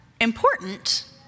important